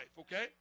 okay